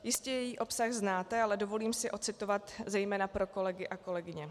Jistě její obsah znáte, ale dovolím si ocitovat zejména pro kolegy a kolegyně: